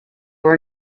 were